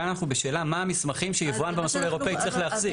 כאן אנחנו בשאלה מה המסמכים שיבואן במסלול האירופי צריך להחזיק.